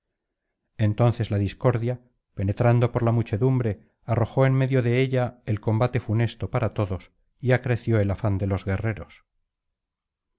entonces la discordia penetrando por la muchedumbre arrojó en medio de ella el combate funesto para todos y acreció el afán de los guerreros